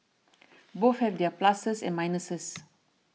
both have their pluses and minuses